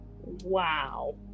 Wow